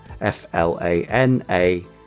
f-l-a-n-a